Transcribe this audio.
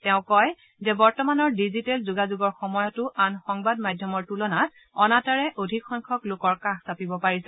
তেওঁ কয় যে বৰ্তমানৰ ডিজিটেল যোগাযোগৰ সময়তো আন সংবাদ মাধ্যমৰ তুলনাত অনাতাঁৰে অধিকসংখ্যক লোকৰ কাষ চাপিব পাৰিছে